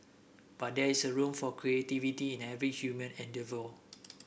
but there is a room for creativity in every human endeavour